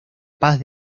paz